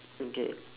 okay